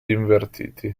invertiti